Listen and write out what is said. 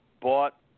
bought